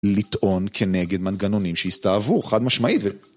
לטעון כנגד מנגנונים שהסתעבו, חד משמעית ו...